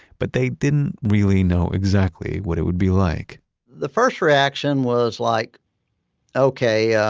but they didn't really know exactly what it would be like the first reaction was like okay,